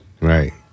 right